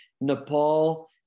Nepal